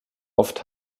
oft